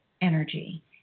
energy